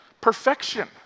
Perfection